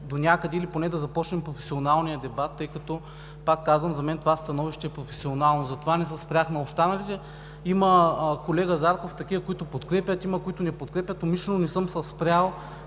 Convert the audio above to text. донякъде или поне да започнем професионалния дебат, тъй като, пак казвам, за мен това становище е професионално, затова не се спрях на останалите. Колега Зарков, има такива, които подкрепят, има, които не подкрепят. Умишлено не съм се спрял